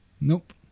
Nope